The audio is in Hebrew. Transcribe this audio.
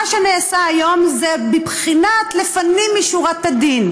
מה שנעשה היום זה בבחינת לפנים משורת הדין: